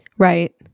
Right